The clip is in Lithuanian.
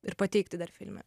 ir pateikti dar filme